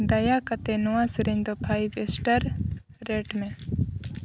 ᱫᱟᱭᱟ ᱠᱟᱛᱮ ᱱᱚᱣᱟ ᱥᱮᱨᱮᱧᱫᱚ ᱯᱷᱟᱭᱤᱵᱽ ᱮᱥᱴᱟᱨ ᱨᱮᱴ ᱢᱮ